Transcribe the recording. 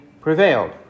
prevailed